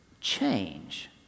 change